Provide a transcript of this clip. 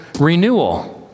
renewal